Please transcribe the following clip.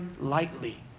lightly